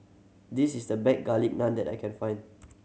this is the best Garlic Naan that I can find